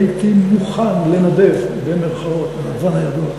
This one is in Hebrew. הייתי מוכן "לנדב" הנדבן הידוע,